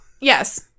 yes